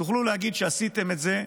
תוכלו להגיד שעשיתם את זה,